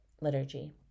liturgy